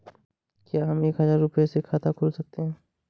क्या हम एक हजार रुपये से खाता खोल सकते हैं?